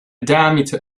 diameter